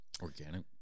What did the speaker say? organic